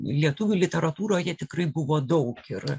lietuvių literatūroje tikrai buvo daug ir